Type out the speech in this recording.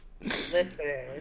listen